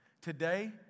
Today